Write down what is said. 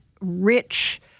rich